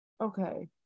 okay